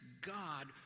God